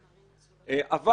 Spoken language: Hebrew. אבל,